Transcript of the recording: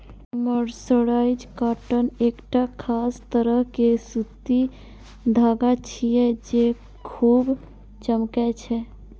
mercerised cotton एकटा खास तरह के सूती धागा छियै, जे खूब चमकै छै